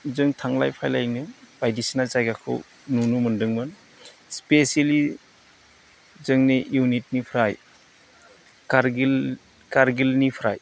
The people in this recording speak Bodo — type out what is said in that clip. जों थांलाय फैलायनो बायदिसिना जायगाखौ नुनो मोनदोंमोन स्पेसियेलि जोंनि इउनिटनिफ्राय खारगिलनिफ्राय